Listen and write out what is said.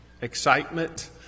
excitement